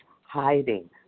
hiding